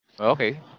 Okay